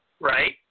Right